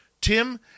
Tim